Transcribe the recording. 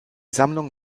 sammlung